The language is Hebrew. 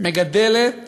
מגדלת